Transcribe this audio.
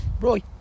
Roy